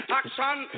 action